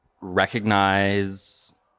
recognize